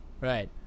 Right